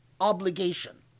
obligation